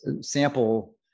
sample